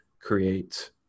create